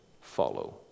follow